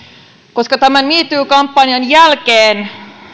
koska tämän me too kampanjan jälkeen